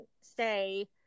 say